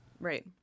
Right